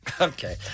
Okay